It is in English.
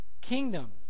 kingdom